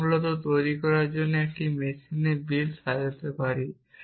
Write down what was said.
আমরা ফর্মুলা তৈরি করার জন্য একটি মেশিনের বিল সাজাতে পারি